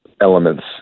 elements